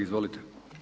Izvolite.